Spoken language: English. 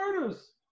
murders